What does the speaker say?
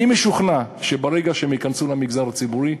אני משוכנע שברגע שהם ייכנסו למגזר הציבורי,